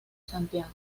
santiago